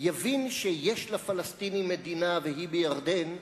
יבין שיש לפלסטינים מדינה, והיא בירדן,